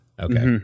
okay